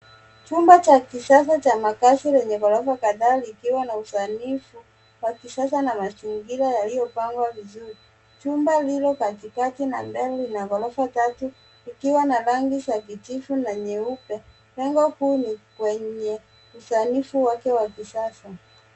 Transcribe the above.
Chumba cha kisasa cha makazi lenye ghorofa kadhaa likiwa na usanifu wa kisasa na mazingira yaliyopangwa vizuri. Jumba lipo katikati na mbele ina ghorofa tatu ikiwa na rangi ya kijivu na nyeupe. Lango kuu ni kwenye usanifu wake wa kisasa.